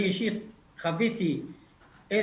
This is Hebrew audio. אני אישית חוויתי את